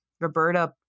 Roberta